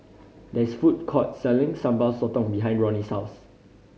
there is a food court selling Sambal Sotong behind Ronnie souse